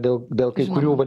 dėl dėl kai kurių vat